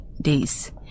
days